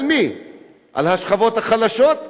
על השכבות החלשות?